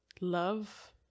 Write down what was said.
Love